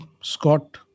Scott